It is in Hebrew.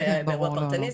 באירוע פרטני.